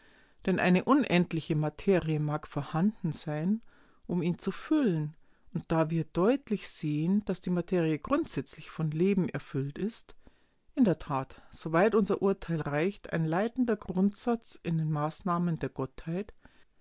denn eine unendliche materie mag vorhanden sein um ihn zu füllen und da wir deutlich sehen daß die materie grundsätzlich von leben erfüllt ist in der tat soweit unser urteil reicht ein leitender grundsatz in den maßnahmen der gottheit